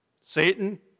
Satan